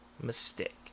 mistake